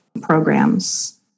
programs